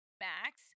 Max